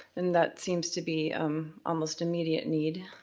and that seems to be almost immediate need,